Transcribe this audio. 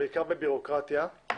בעיקר בבירוקרטיה.